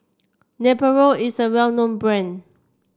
Nepro is a well known brand